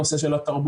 הנושא של התרבות,